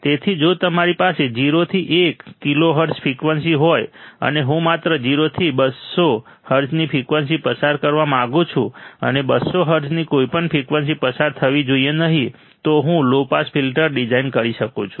તેથી જો તમારી પાસે 0 થી 1 કિલોહર્ટ્ઝ ફ્રિકવન્સી હોય અને હું માત્ર 0 થી 200 હર્ટ્ઝની ફ્રિકવન્સી પસાર કરવા માંગુ છું અને 200 હર્ટ્ઝની કોઈપણ ફ્રિકવન્સી પસાર થવી જોઈએ નહીં તો હું લો પાસ ફિલ્ટર ડિઝાઇન કરી શકું છું